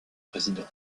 président